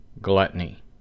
gluttony